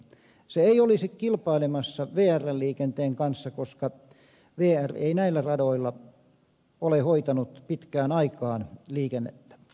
se ei olisi kilpailemassa vrn liikenteen kanssa koska vr ei näillä radoilla ole hoitanut pitkään aikaan liikennettä